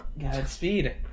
Godspeed